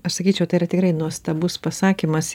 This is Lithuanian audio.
aš sakyčiau tai yra tikrai nuostabus pasakymas